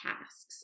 tasks